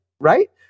Right